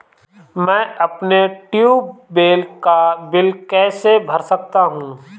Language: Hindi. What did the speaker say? मैं अपने ट्यूबवेल का बिल कैसे भर सकता हूँ?